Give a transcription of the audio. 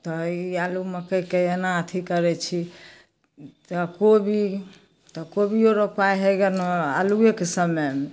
तऽ ई आलू मकइके एना अथी करै छी तऽ कोबी तऽ कोबिओ रोपाइ हइ गन्नो आलुएके समयमे